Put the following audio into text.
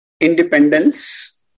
independence